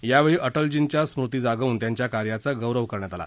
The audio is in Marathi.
यावेळी अटलजींच्या स्मृती जागवून त्यांच्या कार्याचा गौरव करण्यात आला